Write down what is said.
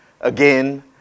again